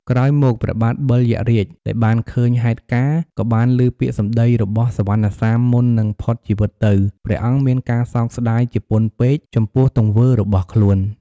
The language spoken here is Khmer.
ក្រោយមក ព្រះបាទបិលយក្សរាជ ដែលបានឃើញហេតុការណ៍ និងបានឮពាក្យសម្ដីរបស់សុវណ្ណសាមមុននិងផុតជីវិតទៅ ព្រះអង្គមានការសោកស្ដាយជាពន់ពេកចំពោះទង្វើរបស់ខ្លួន។